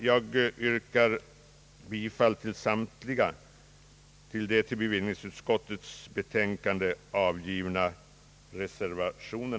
Jag yrkar bifall till samtliga till bevillningsutskottets betänkande avgivna reservationer.